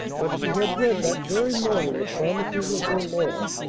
but she had read that very morning the promises of her lord,